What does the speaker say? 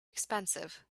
expensive